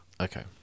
Okay